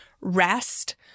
rest